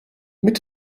mit